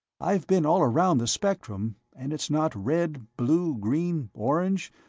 i've been all around the spectrum, and it's not red, blue, green, orange,